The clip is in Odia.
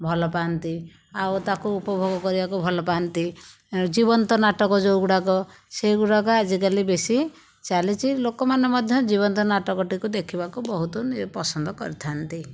ଭଲ ପାଆନ୍ତି ଆଉ ତାକୁ ଉପଭୋଗ କରିବାକୁ ଭଲ ପାଆନ୍ତି ଜୀବନ୍ତ ନାଟକ ଯେଉଁଗୁଡ଼ାକ ସେଗୁଡ଼ାକ ଆଜିକାଲି ବେଶୀ ଚାଲିଛି ଲୋକମାନେ ମଧ୍ୟ ଜୀବନ୍ତ ନାଟକଟିକୁ ଦେଖିବାକୁ ବହୁତ ନି ପସନ୍ଦ କରିଥାନ୍ତି